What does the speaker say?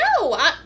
No